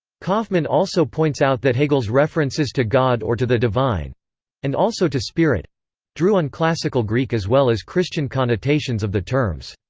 kaufmann also points out that hegel's references to god or to the divine and also to spirit drew on classical greek as well as christian connotations of the terms.